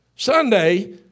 Sunday